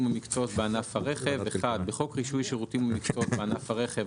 ומקצועות בענף הרכב 1. בחוק רישוי שירותים ומקצועות בענף הרכב,